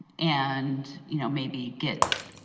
and you know maybe get